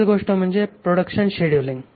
पुढील गोष्ट म्हणजे प्रोडक्शन शेड्यूलिंग